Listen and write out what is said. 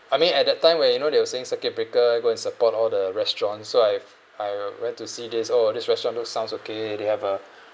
I mean at that time where you know they were saying circuit breaker you go and support all the restaurants so I've I went to see this oh this restaurant look sounds okay they have a